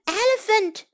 elephant